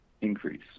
increase